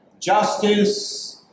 Justice